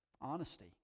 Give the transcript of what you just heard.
honesty